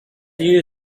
you